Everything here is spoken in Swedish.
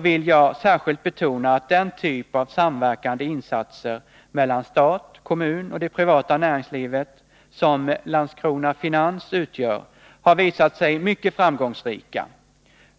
vill jag särskilt betona att den typ av samverkande insatser mellan stat, kommun och det privata näringslivet som Landskrona Finans utgör har visat sig mycket framgångsrik.